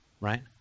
right